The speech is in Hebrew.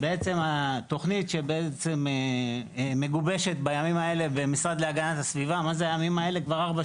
התוכנית שבעצם מגובשת בימים האלה במשרד להגנת הסביבה,